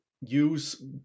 use